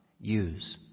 use